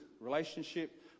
relationship